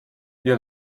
ihr